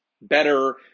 better